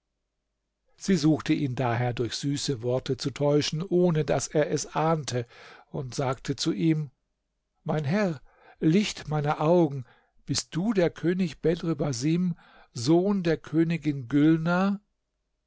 sie suchte ihn daher durch süße worte zu täuschen ohne daß er es ahnte und sagte zu ihm mein herr licht meiner augen bist du der könig bedr basim sohn der königin gülnar